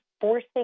forcing